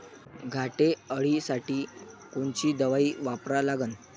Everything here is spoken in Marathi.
घाटे अळी साठी कोनची दवाई वापरा लागन?